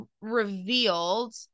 revealed